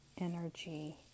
energy